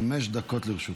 חמש דקות לרשותך.